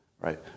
right